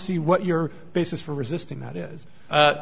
see what your basis for resisting that is